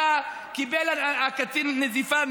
היה, קיבל הקצין נזיפה.